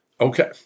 Okay